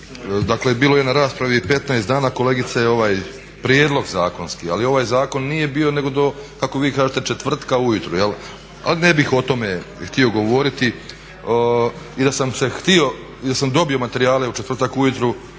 Dakle bilo je na raspravi 15 dana kolegice ovaj prijedlog zakonski, ali ovaj zakon nije bio nego do kako vi kažete četvrtka ujutro, ali ne bih o tome htio govoriti. I da sam dobio materijale u četvrtak ujutro